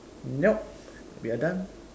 nope we are done